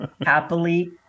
Happily